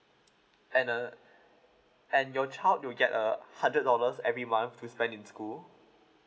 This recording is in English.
and uh and your child will get a hundred dollars every month for you spend in school